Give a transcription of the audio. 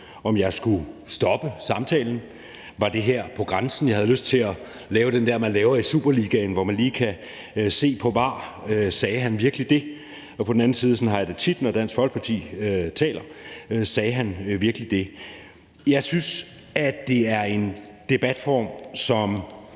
om jeg skulle stoppe samtalen. Var det her på grænsen? Jeg havde lyst til at lave den der, man laver i superligaen, hvor man lige kan se på VAR: Sagde han virkelig det? På den anden side har jeg det tit sådan, når Dansk Folkeparti taler: Sagde han virkelig det? Jeg synes, det er en debatform, som